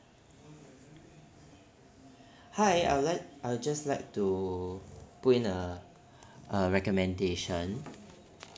hi I'd like I'll just like to put in uh recommendation